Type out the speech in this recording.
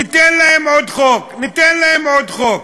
ניתן להם עוד חוק, ניתן להם עוד חוק.